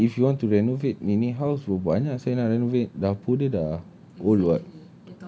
ya then if you want to renovate nenek house berapa banyak sia nak renovate dapur dia dah old [what]